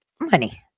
money